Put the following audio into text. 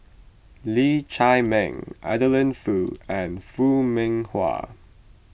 Lee Chiaw Meng Adeline Foo and Foo Mee Har